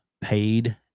paid